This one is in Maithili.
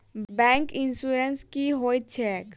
बैंक इन्सुरेंस की होइत छैक?